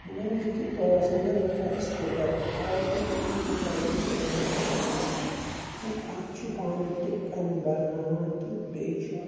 مَگر أزکِس دورَس منٛز ییٚلہِ رَیِس کُکر آو تہٕ تٔمۍ مِٹٲو یہِ سٲرٕے پَریشٲنی تہٕ اکھ چھُ بانہٕ تہِ کَم برناوان تہٕ بیٚیہِ چھُ